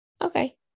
Okay